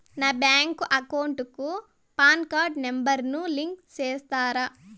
నా bank account కు PAN card number ను లింకు సేస్తారా?